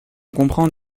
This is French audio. comprend